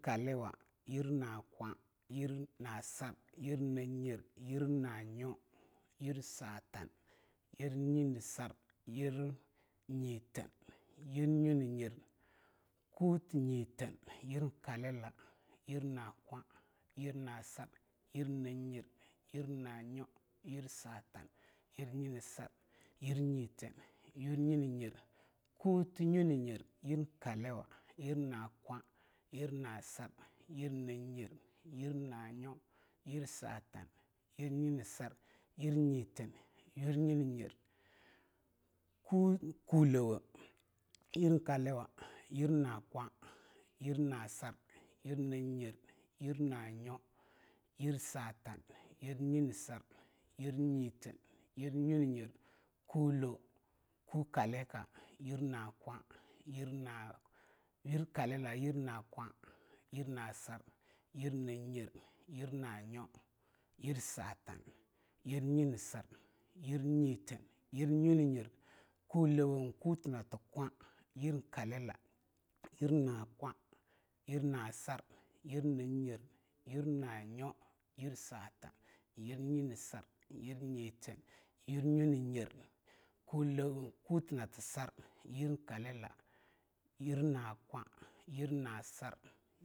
kaliwa yir na kwa yir na sar yir na nyer yir na nyo yir satan yir nyinesar yir yiteen yir na nyuna nyer kuti nyiteen yir kalila yir na kwa yir na sar yir na nyer yir na nyo yir satan yir nyinesar yir yiteen yir a nyo na nyer kutina nyo na nyer yir kaliwa yir na kwa yir na sar yir na nyer yir na nyo yir satan yir nyinesar yir nyiteen yir na nyo na nyer ku kulewa yir kaliwa yir na kwa yir na sar yir na nyer yir na nyo yir satan yir nyme sar yir nyiteen yir na nyo na nyer kulo ku kalika yir na kwayir Kalila yir na kwa yir na sar yir na nyer yir na nyo yir satan yir nyine sar yir nyiteen yir na nyo na nyer kulewo kuti nati kwa yir Kalila yir a kwa yir na sar yir na nyer yir na nyo yir satan yir nyinesar yir nyiteen yir na nyo na nyer. Kulewo kutinati sar yir Kalila yir na kwa yir na sar.